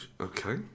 Okay